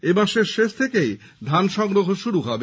এমাসের শেষ থেকেই ধান সংগ্রহ শুরু হবে